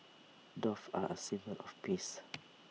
doves are A symbol of peace